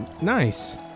nice